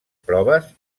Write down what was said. proves